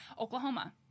Oklahoma